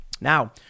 Now